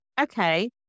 okay